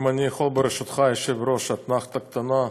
אם אני יכול ברשותך, היושב-ראש, אתנחתא קטנה,